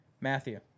Matthew